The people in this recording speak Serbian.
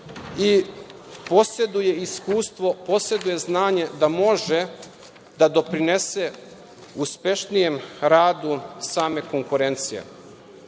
i poseduje iskustvo, poseduje znanje da može da doprinese uspešnijem radu same konkurencije. Još